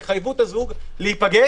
תחייבו את הזוג להיפגש,